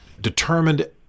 determined